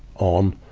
on.